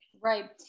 Right